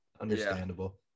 Understandable